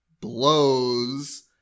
blows